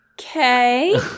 Okay